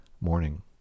Morning